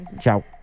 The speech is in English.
ciao